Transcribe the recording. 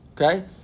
Okay